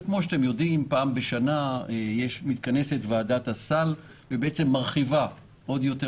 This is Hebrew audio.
וכפי שאתם יודעים פעם בשנה מתכנסת ועדת הסל ומרחיבה עוד יותר